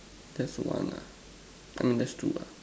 that's one ah I mean that's two ah